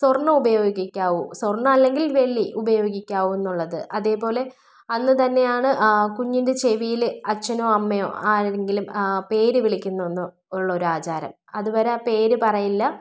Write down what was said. സ്വർണ്ണം ഉപയോഗിക്കാവു സ്വർണ്ണം അല്ലെങ്കിൽ വെള്ളി ഉപയോഗിക്കാവു എന്നുള്ളത് അതുപോലെ അന്ന് തന്നെയാണ് കുഞ്ഞിൻ്റെ ചെവിയിൽ അച്ഛനോ അമ്മയോ ആരെങ്കിലും പേര് വിളിക്കുന്നതെന്ന് ഉള്ളൊരു ആചാരം അതുവരെ ആ പേര് പറയില്ല